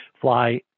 fly